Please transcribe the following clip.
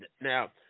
Now